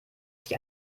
sich